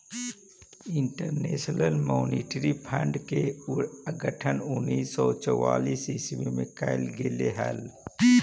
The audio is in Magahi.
इंटरनेशनल मॉनेटरी फंड के गठन उन्नीस सौ चौवालीस ईस्वी में कैल गेले हलइ